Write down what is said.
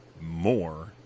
more